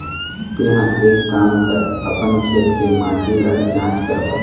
तेंहा एक काम कर अपन खेत के माटी ल जाँच करवा